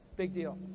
big deal.